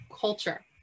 culture